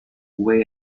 kue